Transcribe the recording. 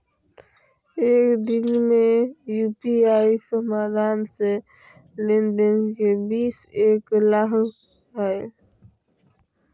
एक दिन में यू.पी.आई माध्यम से लेन देन के सीमा एक लाख रुपया हय